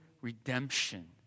redemption